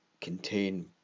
contain